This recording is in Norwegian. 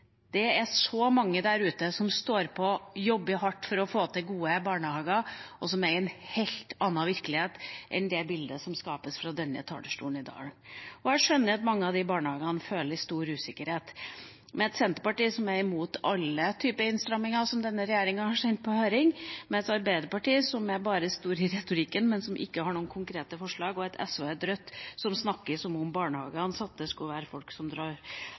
Det er så mange der ute som står på og jobber hardt for å få til gode barnehager, og som er i en helt annen virkelighet enn det bildet som skapes fra denne talerstolen i dag. Jeg skjønner at mange av de barnehagene føler stor usikkerhet med et Senterparti som er imot alle typer innstramminger som denne regjeringa har sendt på høring, et Arbeiderparti som bare er store i retorikken, men som ikke har noen konkrete forslag, og et SV og et Rødt som snakker som om barnehagene eies av folk som drar